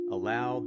Allow